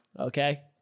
okay